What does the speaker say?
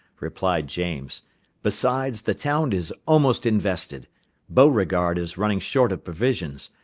replied james besides, the town is almost invested beauregard is running short of provisions,